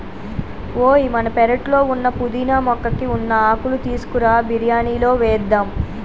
ఓయ్ మన పెరట్లో ఉన్న పుదీనా మొక్కకి ఉన్న ఆకులు తీసుకురా బిరియానిలో వేద్దాం